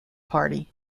party